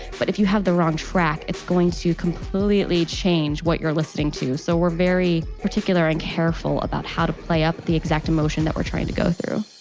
but if you have the wrong track it's going to completely change what you're listening to, so we're very particular and careful about how to play up the exact emotion that we're trying to go through